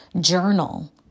Journal